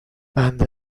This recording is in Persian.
بنده